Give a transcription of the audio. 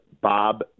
Bob